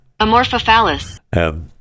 Amorphophallus